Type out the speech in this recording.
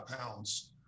pounds